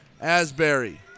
Asbury